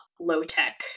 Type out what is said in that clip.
low-tech